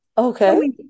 Okay